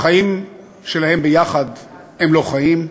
החיים שלהם יחד הם לא חיים,